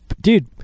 dude